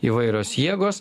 įvairios jėgos